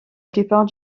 plupart